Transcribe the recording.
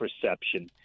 perception